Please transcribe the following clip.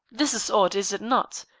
this is odd, is it not?